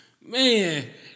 Man